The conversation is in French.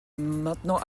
maintenant